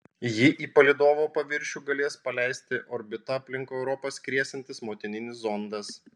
jį į palydovo paviršių galės paleisti orbita aplink europą skriesiantis motininis zondas